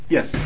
Yes